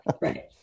Right